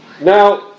Now